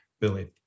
Billy